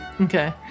Okay